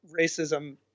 racism